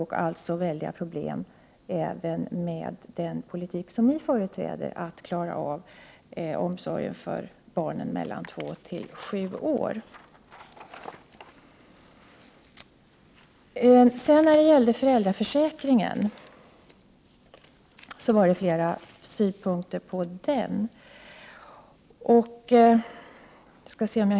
Det är alltså väldigt stora problem även med den politik som ni företräder när det gäller att klara av omsorgen för barn som är mellan två och sju år gamla. Sedan något om föräldraförsäkringen. Flera synpunkter har framkommit här.